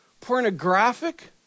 Pornographic